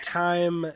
time